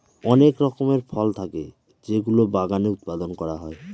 অনেক রকমের ফল থাকে যেগুলো বাগানে উৎপাদন করা হয়